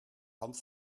hand